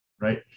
Right